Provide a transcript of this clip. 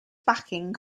backing